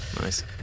Nice